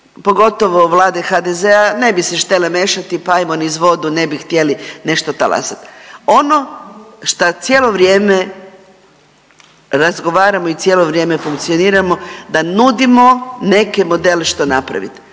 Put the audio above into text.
pogotovo vlade HDZ-a, ne bi se štela mešati pa ajmo niz vodu ne bi htjeli nešto talasat. Ono šta cijelo vrijeme razgovaramo i cijelo vrijeme funkcioniramo da nudimo neke model što napravit.